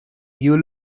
you